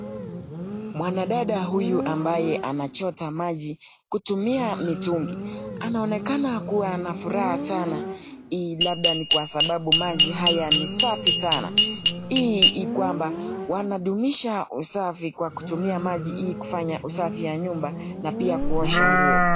Mwanadada huyu ambaye anachota maji kutumia mitungi. Anaonekana kuwa na furaha sana hii labda ni kwa sababu maji haya ni safi sana. Hii ni kwamba wanadumisha usafi kwa kutumia maji hii kufanya usafi ya nyumba na pia kuosha nguo.